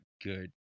good